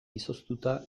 izoztuta